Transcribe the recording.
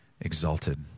exalted